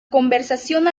conversación